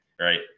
right